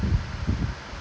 oh my god